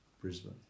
Brisbane